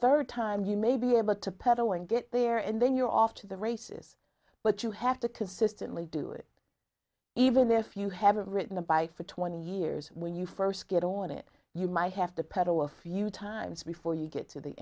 third time you may be able to pedal and get there and then you're off to the races but you have to consistently do it even if you haven't written a bike for twenty years when you first get on it you might have to pedal a few times before you get to the